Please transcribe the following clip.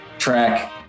Track